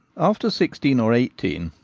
after sixteen or eighteen,